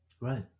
Right